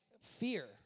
fear